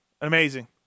Amazing